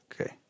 okay